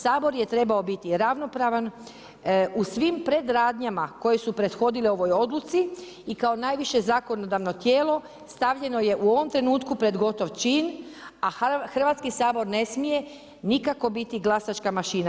Sabor je trebao biti ravnopravan u svim predradnjama koje su prethodile ovoj odluci i kao najviše zakonodavno tijelo stavljeno je u ovom trenutku pred gotov čin, a Hrvatski sabor ne smije nikako biti glasačka mašina.